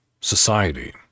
society